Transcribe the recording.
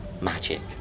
magic